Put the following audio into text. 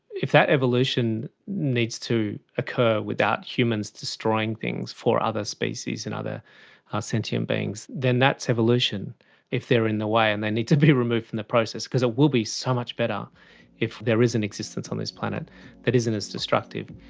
if that evolution needs to occur without humans destroying things for other species and other sentient beings, then that's evolution if they're in the way and they need to be removed from the process, because it will be so much better if there is an existence on this planet that isn't as destructive.